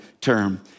term